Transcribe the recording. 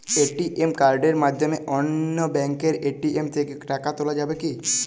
ATM কার্ডের মাধ্যমে অন্য ব্যাঙ্কের এ.টি.এম থেকে টাকা তোলা যাবে কি?